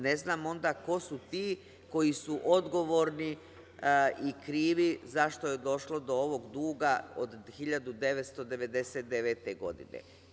Ne znam onda ko su ti koji su odgovorni i krivi zašto je došlo do ovog duga od 1999. godine.